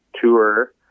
tour